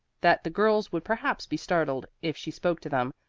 that the girls would perhaps be startled if she spoke to them,